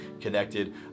connected